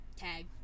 Tag